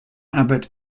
abbot